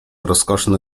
rozkoszne